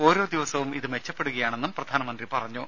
ഓരോ ദിവസവും ഇത് മെച്ചപ്പെടുകയാണെന്നും പ്രധാനമന്ത്രി പറഞ്ഞു